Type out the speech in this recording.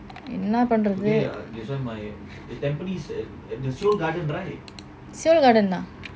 என்ன பண்றது:enna panrathu seoul garden தான்:thaan